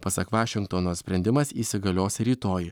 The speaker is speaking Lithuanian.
pasak vašingtono sprendimas įsigalios rytoj